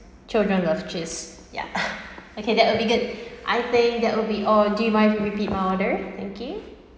children love cheese ya okay that would be good I think that will be all do you want me to repeat my order thank you